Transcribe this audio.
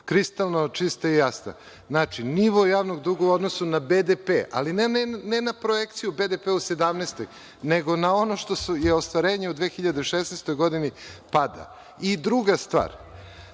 kristalno čista i jasna. Znači, nivo javnog duga u odnosu na BDP, ali ne na projekciju BDP-a u 2017. godini, nego na ono što je ostvarenje u 2016. godini pada. Druga stvar,